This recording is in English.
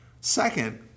Second